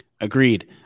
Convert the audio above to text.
Agreed